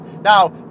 Now